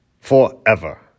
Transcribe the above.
forever